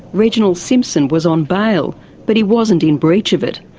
reginald simpson was on bail but he wasn't in breach of it.